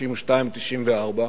ב-1992 וב-1994,